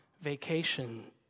vacation